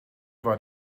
war